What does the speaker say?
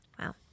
Wow